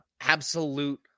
absolute